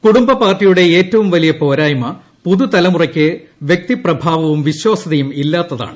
കുടുംബ പാർട്ടിയ്ുടെ ഏറ്റവും വലിയ പോരായ്മ പുതു തലമുറയ്ക്ക് വൃക്തിപ്രഭാവവും വിശ്വാസ്യതയും ഇല്ലാത്തതാണ്